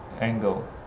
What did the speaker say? angle